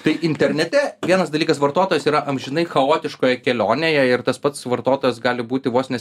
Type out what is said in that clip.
tai internete vienas dalykas vartotojas yra amžinai chaotiškoje kelionėje ir tas pats vartotojas gali būti vos ne